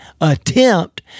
attempt